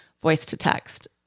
voice-to-text